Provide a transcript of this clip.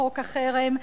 חוק החרם,